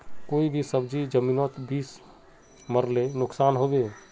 कोई भी सब्जी जमिनोत बीस मरले नुकसान होबे?